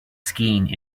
skiing